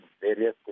various